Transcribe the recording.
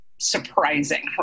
surprising